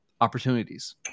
opportunities